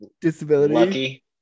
disability